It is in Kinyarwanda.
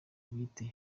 bwite